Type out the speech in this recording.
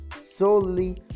solely